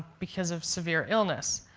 because of severe illness.